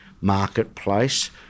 marketplace